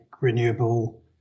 renewable